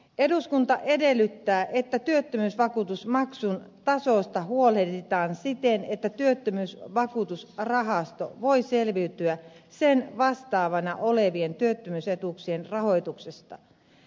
eduskunta edellyttää että työttömyysvakuutusmaksun tasosta huolehditaan siten että työttömyysvakuutusrahasto voi selviytyä sen vastattavana olevien työttömyysetuuksien rahoituksesta